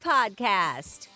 Podcast